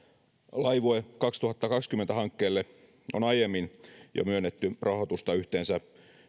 laivue kaksituhattakaksikymmentä hankkeelle on aiemmin jo myönnetty rahoitusta yhteensä